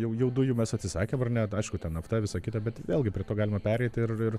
jau jau dujų mes atsisakėm ar ne aišku ten nafta visa kita bet vėlgi prie to galima pereiti ir ir